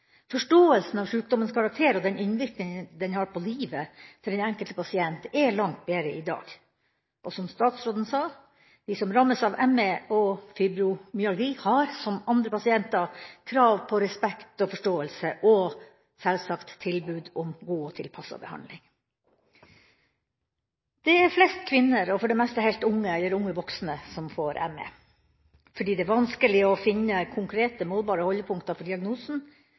Forståelsen av sjukdommens karakter og den innvirkning den har på livet til den enkelte pasient, er langt bedre i dag. Som statsråden sa: De som rammes av ME og fibromyalgi, har, som andre pasienter, krav på respekt og forståelse og selvsagt tilbud om god og tilpasset behandling. Det er flest kvinner og for det meste helt unge eller unge voksne som får ME. Fordi det er vanskelig å finne konkrete, målbare holdepunkter for diagnosen,